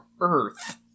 Earth